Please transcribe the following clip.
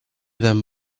them